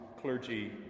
clergy